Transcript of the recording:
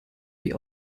die